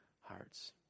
hearts